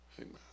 Amen